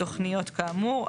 תכניות כאמור,